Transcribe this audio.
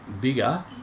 bigger